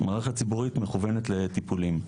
מערכת הרפואה הציבורית מכוונת לטיפולים.